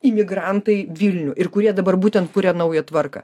imigrantai vilnių ir kurie dabar būtent kuria naują tvarką